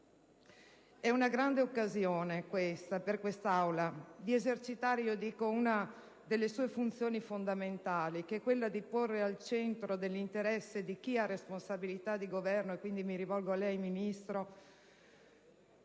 una grande occasione di esercitare una delle sue funzioni fondamentali: quella di porre al centro dell'interesse di chi ha responsabilità di governo - quindi mi rivolgo a lei, Ministro